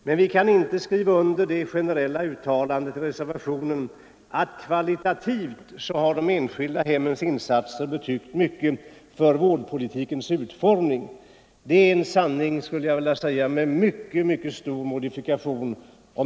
Men vi kan inte ansluta oss till det generella uttalandet i reservationen att de enskilda insatserna kvalitativt betytt mycket för vårdpolitikens utformning. Det är, om jag uttrycker mig milt, en sanning med mycket stor modifikation.